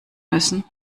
müssen